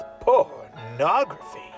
pornography